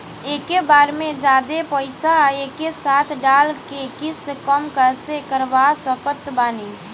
एके बार मे जादे पईसा एके साथे डाल के किश्त कम कैसे करवा सकत बानी?